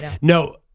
No